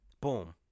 boom